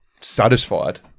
satisfied